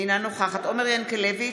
אינה נוכחת עומר ינקלביץ'